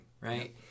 right